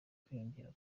kwiyongera